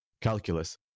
calculus